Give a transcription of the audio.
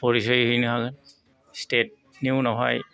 परिसय हैनो हागोन स्टेटनि उनावहाय